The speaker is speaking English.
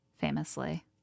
Famously